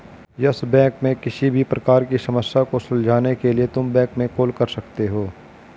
yes Bank में किसी भी प्रकार की समस्या को सुलझाने के लिए तुम बैंक में कॉल कर सकते हो